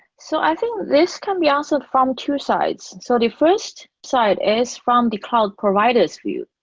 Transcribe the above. so i think this can be also from two sides. so the first side is from the cloud providers' field.